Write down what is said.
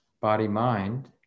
body-mind